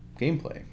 gameplay